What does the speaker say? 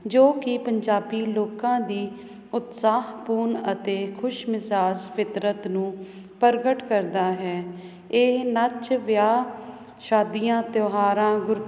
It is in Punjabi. ਜੋ ਕਿ ਪੰਜਾਬੀ ਲੋਕਾਂ ਦੀ ਉਤਸਾਹ ਪੂਰਨ ਅਤੇ ਖੁਸ਼ ਮਿਜ਼ਾਜ ਫਿਤਰਤ ਨੂੰ ਪ੍ਰਗਟ ਕਰਦਾ ਹੈ ਇਹ ਨਾਚ ਵਿਆਹ ਸ਼ਾਦੀਆਂ ਤਿਉਹਾਰਾਂ ਗੁਰ